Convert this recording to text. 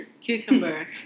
Cucumber